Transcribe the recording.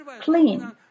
clean